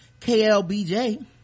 KLBJ